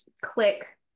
click